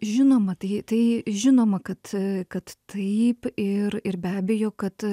žinoma tai tai žinoma kad kad taip ir ir be abejo kad